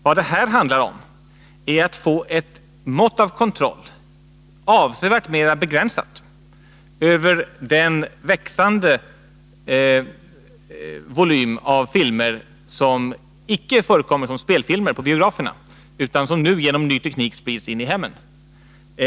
| Vad det här handlar om är att få ett mått av kontroll, avsevärt mer begränsat, över den växande volym av filmer som icke förekommer som spelfilmer på biograferna, utan som nu genom ny teknik sprids in i hemmen.